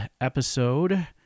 episode